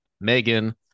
Megan